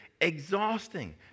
exhausting